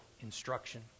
instruction